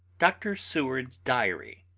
dr. seward's diary.